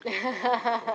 שהיא.